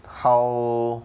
how